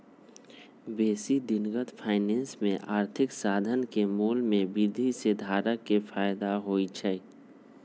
बेशी दिनगत फाइनेंस में आर्थिक साधन के मोल में वृद्धि से धारक के फयदा होइ छइ